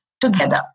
together